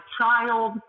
child